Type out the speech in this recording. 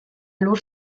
lur